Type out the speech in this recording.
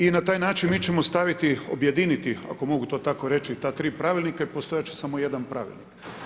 I na taj način mi ćemo staviti, objediniti ako mogu to tako reći ta 3 pravilnika i postojat će samo jedan pravilnik.